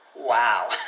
Wow